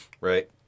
right